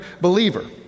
believer